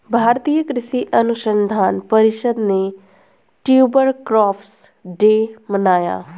भारतीय कृषि अनुसंधान परिषद ने ट्यूबर क्रॉप्स डे मनाया